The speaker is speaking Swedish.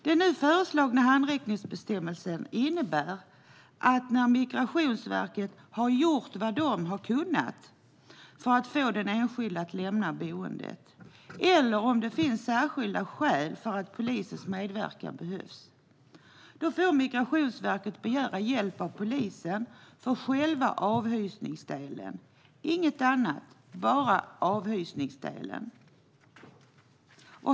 Den nu föreslagna handräckningsbestämmelsen innebär att när Migrationsverket gjort vad det kunnat för att få den enskilde att lämna boendet, eller om det finns särskilda skäl för att polisens medverkan behövs, får Migrationsverket begära hjälp av polisen för själva avhysningsdelen - inget annat, bara avhysningsdelen.